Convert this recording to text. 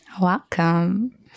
welcome